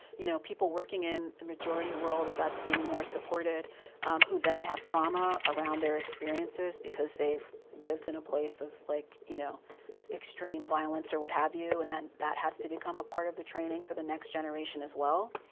you know, people working in a majority world as that's being more supported who then have trauma around their experiences because they've lived in a place of like you know extreme violence or what have you and then that has to become a part of the training for the next generation, as well.